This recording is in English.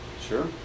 Sure